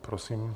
Prosím.